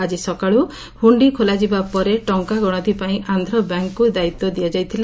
ଆକି ସକାଳୁ ହୁଣ୍ତି ଖୋଲାଯିବା ପରେ ଟଙ୍ଙା ଗଣତି ପାଇଁ ଆକ୍ରବ୍ୟାଙ୍ଙକ୍ ଦାୟିତ୍ୱ ଦିଆଯାଇଥିଲା